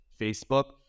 Facebook